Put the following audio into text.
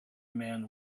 man